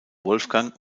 wolfgang